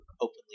openly –